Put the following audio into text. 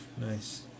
Nice